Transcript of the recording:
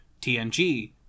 TNG